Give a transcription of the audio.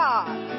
God